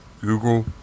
Google